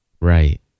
Right